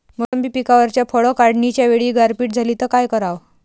मोसंबी पिकावरच्या फळं काढनीच्या वेळी गारपीट झाली त काय कराव?